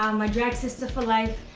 um my drag sister for life,